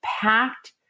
packed